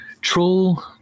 Troll